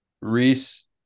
Reese